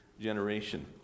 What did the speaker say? generation